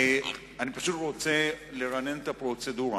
אני רוצה לרענן את הפרוצדורה: